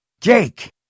Jake